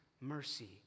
mercy